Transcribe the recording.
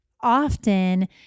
often